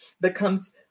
becomes